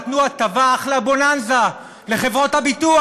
נתנו הטבה, אחלה בוננזה לחברות הביטוח: